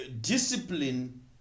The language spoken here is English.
discipline